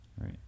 right